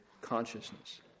consciousness